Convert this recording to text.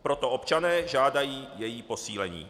Proto občané žádají její posílení.